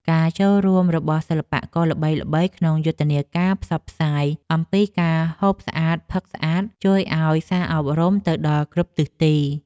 ការចូលរួមរបស់សិល្បករល្បីៗក្នុងយុទ្ធនាការផ្សព្វផ្សាយអំពីការហូបស្អាតផឹកស្អាតជួយឱ្យសារអប់រំទៅដល់គ្រប់ទិសទី។